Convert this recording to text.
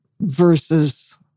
versus